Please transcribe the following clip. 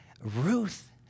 Ruth